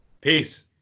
Peace